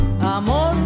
amor